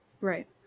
Right